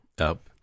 up